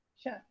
Sure